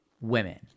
women